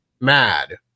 mad